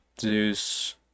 Zeus